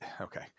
okay